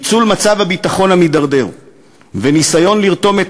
ניצול מצב הביטחון המידרדר וניסיון לרתום את